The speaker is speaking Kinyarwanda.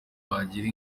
wagira